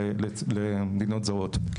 למדינות זרות.